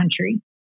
country